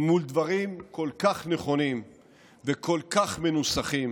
מול דברים כל כך נכונים וכל כך מנוסחים